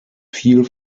fiel